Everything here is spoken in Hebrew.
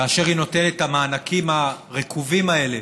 כאשר היא נותנת את המענקים הרקובים האלה